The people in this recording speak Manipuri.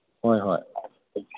ꯍꯣꯏ ꯍꯣꯏ